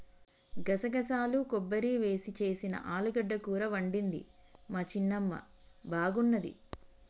గసగసాలు కొబ్బరి వేసి చేసిన ఆలుగడ్డ కూర వండింది మా చిన్నమ్మ బాగున్నది